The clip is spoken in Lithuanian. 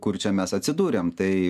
kur čia mes atsidūrėm tai